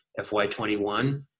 FY21